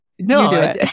No